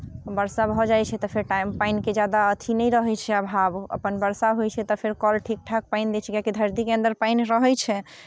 वर्षा भऽ जाइ छै तऽ फेर टाइमपर पानिके ज्यादा अथि नहि रहै छै अभाव अपन वर्षा होइ छै तऽ फेर कल ठीक ठाक पानि दै छै किआकि धरतीके अंदर पानि रहै छै